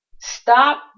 Stop